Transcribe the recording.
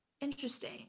Interesting